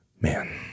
Man